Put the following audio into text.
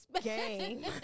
game